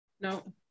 No